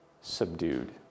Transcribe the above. subdued